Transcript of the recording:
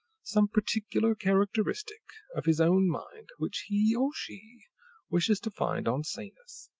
some particular characteristic of his own mind, which he or she wishes to find on sanus.